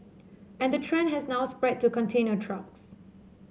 and the trend has now spread to container trucks